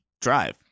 drive